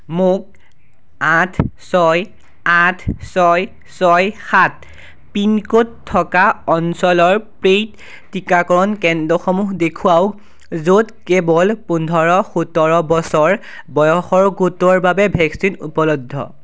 মোক আঠ ছয় আঠ ছয় ছয় সাত পিনক'ড থকা অঞ্চলৰ পেইড টীকাকৰণ কেন্দ্ৰসমূহ দেখুৱাওক য'ত কেৱল পোন্ধৰ সোতৰ বছৰ বয়সৰ গোটৰ বাবে ভেকচিন উপলব্ধ